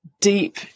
deep